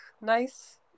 nice